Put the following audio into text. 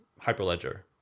Hyperledger